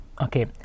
Okay